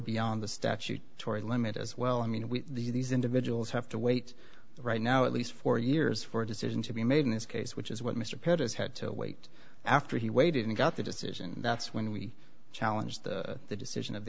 beyond the statute tory limit as well i mean these individuals have to wait right now at least four years for a decision to be made in this case which is what mr pittas had to wait after he waited and got the decision that's when we challenge the decision of